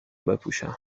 بپوشم